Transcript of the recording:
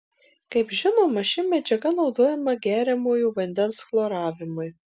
kaip žinoma ši medžiaga naudojama geriamojo vandens chloravimui